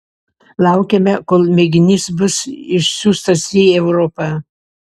laukiame kol mėginys bus išsiųstas į europą